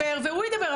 היא תדבר והוא ידבר,